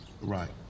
Right